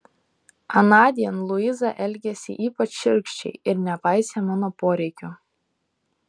anądien luiza elgėsi ypač šiurkščiai ir nepaisė mano poreikių